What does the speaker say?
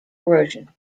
corrosion